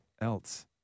else